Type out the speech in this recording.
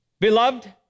Beloved